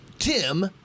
Tim